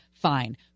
Fine